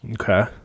Okay